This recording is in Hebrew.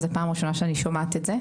זאת פעם ראשונה שאני שומעת את זה.